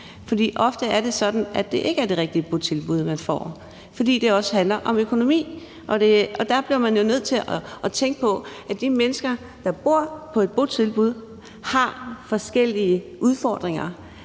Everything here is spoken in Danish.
For ofte er det sådan, at det ikke er det rigtige botilbud, man får, fordi det også handler om økonomi. Og der bliver man jo nødt til at tænke på, at de mennesker, der bor på et botilbud, har forskellige udfordringer,